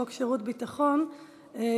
הצעת חוק שירות ביטחון (תיקון,